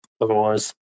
Otherwise